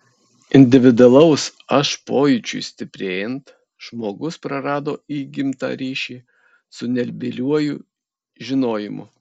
individualaus aš pojūčiui stiprėjant žmogus prarado įgimtą ryšį su nebyliuoju žinojimu